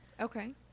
okay